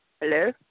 Hello